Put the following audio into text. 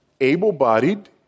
able-bodied